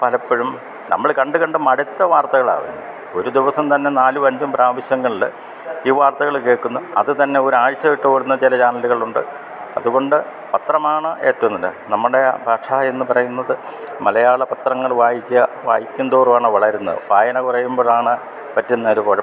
പലപ്പോഴും നമ്മൾ കണ്ട് കണ്ട് മടുത്ത വാർത്തകളാണ് വരുന്നത് ഒരു ദിവസം തന്നെ നാലും അഞ്ചും പ്രാവശ്യങ്ങളിൽ ഈ വാർത്തകൾ കേൾക്കുന്നത് അത് തന്നെ ഒരാഴ്ച വിട്ടോടുന്ന ചില ചാനല്കളുണ്ട് അത്കൊണ്ട് പത്രമാണ് ഏറ്റവും നല്ലത് നമ്മുടെ ഭാഷ എന്ന് പറയുന്നത് മലയാള പത്രങ്ങൾ വായിക്കുക വായിക്കും തോറും ആണ് വളരുന്നത് വായന കുറയുമ്പോഴാണ് പറ്റുന്ന ഒരു കുഴപ്പം